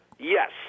Yes